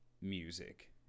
music